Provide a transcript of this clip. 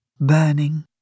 burning